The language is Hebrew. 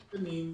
בתקנים,